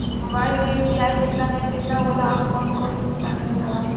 Mobile म UPI भुगतान app केतना होला आउरकौन कौन तनि बतावा?